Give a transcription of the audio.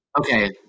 okay